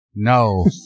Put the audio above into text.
No